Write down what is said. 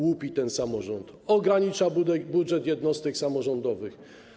Łupi ten samorząd, ogranicza budżet jednostek samorządowych.